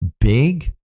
big